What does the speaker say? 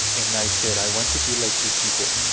and i said, i want to be like these people